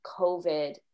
COVID